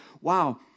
wow